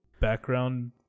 background